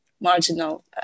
marginal